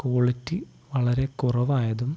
quality വളരെ കുറവായതും